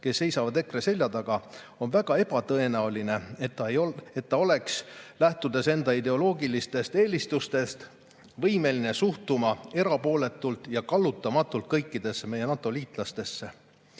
kes seisavad EKRE selja taga, on väga ebatõenäoline, et ta oleks lähtudes enda ideoloogilistest eelistustest võimeline suhtuma erapooletult ja kallutamatult kõikidesse meie NATO-liitlastesse.